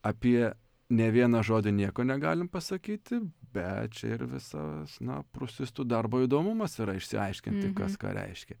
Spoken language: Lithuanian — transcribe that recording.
apie ne vieną žodį nieko negalim pasakyti bet čia ir visas na prūsistų darbo įdomumas yra išsiaiškinti kas ką reiškia